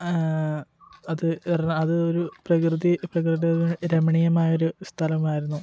അത് അത് ഒരു പ്രകൃതി പ്രകൃതി രമണീയമായൊരു സ്ഥലമായിരുന്നു